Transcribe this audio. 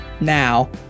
now